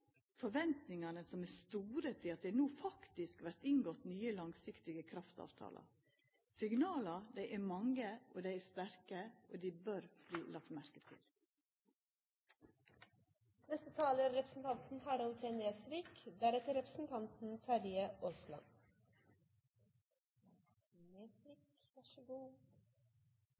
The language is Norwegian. forventningane, som er store til at det no faktisk vert inngått nye, langsiktige kraftavtalar. Signala er mange, og dei er sterke, og dei bør verta lagde merke til. Jeg ville nok blitt mer overrasket om representanten